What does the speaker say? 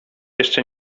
jeszcze